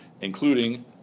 including